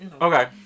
Okay